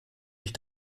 mich